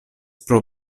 pro